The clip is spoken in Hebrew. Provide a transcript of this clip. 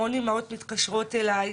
המון אימהות מתקשרות אליי,